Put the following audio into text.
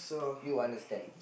you understand